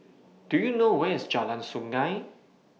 Do YOU know Where IS Jalan Sungei